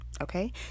okay